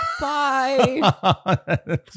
bye